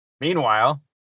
Meanwhile